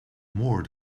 more